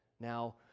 now